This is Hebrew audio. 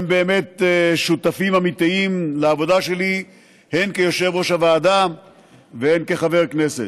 הם שותפים אמיתיים לעבודה שלי הן כיושב-ראש הוועדה והן כחבר כנסת.